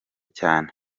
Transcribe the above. cyane